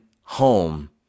home